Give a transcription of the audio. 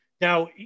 Now